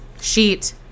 sheet